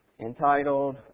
entitled